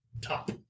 top